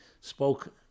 spoke